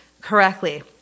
correctly